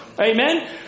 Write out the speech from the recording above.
Amen